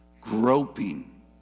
groping